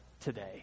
today